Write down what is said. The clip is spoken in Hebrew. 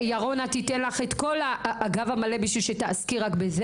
שירונה תיתן לך את כל הגב המלא בשביל שתעסקי רק בזה.